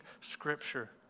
Scripture